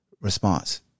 response